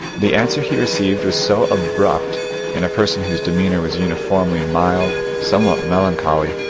the answer he received was so abrupt in a person whose demeanour was uniformly mild, somewhat melancholy,